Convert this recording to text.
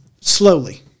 slowly